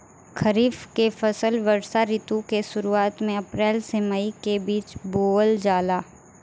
खरीफ के फसल वर्षा ऋतु के शुरुआत में अप्रैल से मई के बीच बोअल जाला